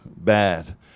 bad